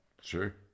Sure